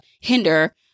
hinder